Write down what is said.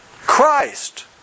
Christ